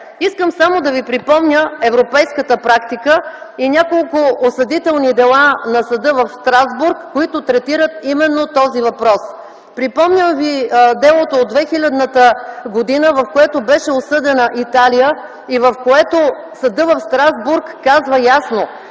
Искам само да ви припомня европейската практика и няколко осъдителни дела на Съда в Страсбург, които третират именно този въпрос. Припомням Ви делото от 2000 г., в което беше осъдена Италия и Съдът в Страсбург казва ясно,